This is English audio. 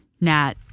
Nat